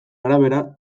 arabera